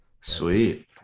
Sweet